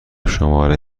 شماره